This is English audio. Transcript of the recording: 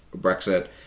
Brexit